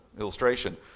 illustration